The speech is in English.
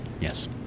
Yes